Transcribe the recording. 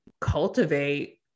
cultivate